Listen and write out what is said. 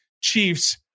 Chiefs